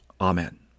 Amen